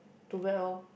too bad loh